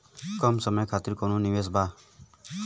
कम समय खातिर कौनो निवेश बा?